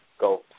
go